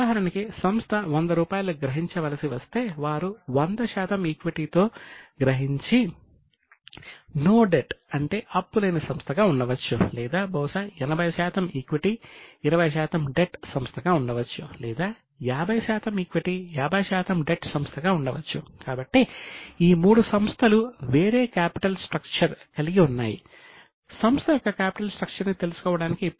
ఉదాహరణకి సంస్థ 100 రూపాయలు గ్రహించవలసి వస్తే వారు 100 శాతం ఈక్విటీ మంచిది